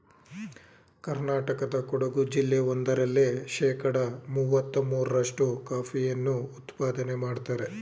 ಕರ್ನಾಟಕದ ಕೊಡಗು ಜಿಲ್ಲೆ ಒಂದರಲ್ಲೇ ಶೇಕಡ ಮುವತ್ತ ಮೂರ್ರಷ್ಟು ಕಾಫಿಯನ್ನು ಉತ್ಪಾದನೆ ಮಾಡ್ತರೆ